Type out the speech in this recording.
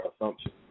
Assumption